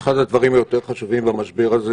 אחד הדברים היותר חשובים במשבר הזה